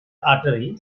artery